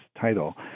title